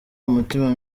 umutima